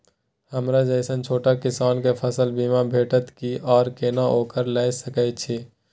हमरा जैसन छोट किसान के फसल बीमा भेटत कि आर केना ओकरा लैय सकैय छि?